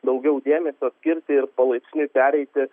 daugiau dėmesio skirti ir palaipsniui pereiti